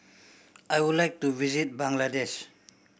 I would like to visit Bangladesh